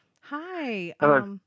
Hi